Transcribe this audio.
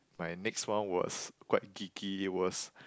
my next one was quite geeky it was